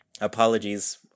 Apologies